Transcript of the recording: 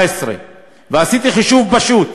מיליון שקל, עדיין לא הועבר אפילו שקל אחד,